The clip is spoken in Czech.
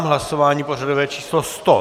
Hlasování pořadové číslo 100.